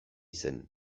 zen